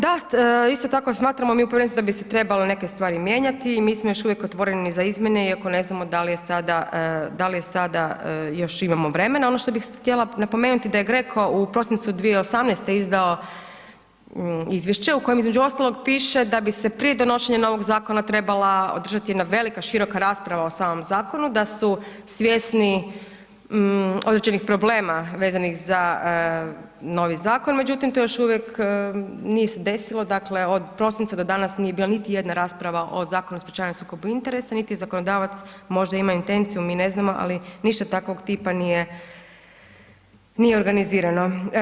Da, isto tako smatramo mi u povjerenstvu da bi se trebalo neke stvari mijenjati i mi smo još uvijek otvoreni za izmjene iako ne znamo da li je, da li je sada još imamo vremena, ono što bih htjela napomenuti da je GRECO u prosincu 2018. izdao izvješće u kojem između ostalog piše da bi se prije donošenja novog zakona trebala održati jedna velika široka rasprava o samom zakonu, da su svjesni određenih problema vezanih za novi zakon, međutim to još uvijek nije se desilo, dakle od prosinca do danas nije bila niti jedna rasprava o Zakonu o sprječavanju sukoba interesa, niti zakonodavac možda ima intenciju, mi ne znamo, ali ništa takvog tipa nije, nije organizirano.